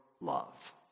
love